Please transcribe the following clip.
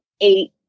eight